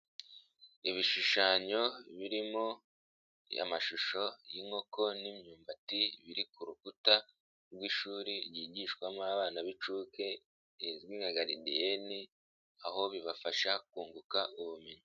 Ibishushanyo birimo amashusho y'inkoko n'imyumbati biri ku rukuta rw'ishuri ryigishwamo abana b'inshuke izwi nka garidiyene, aho bibafasha kunguka ubumenyi.